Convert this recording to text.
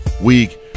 week